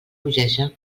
bogeja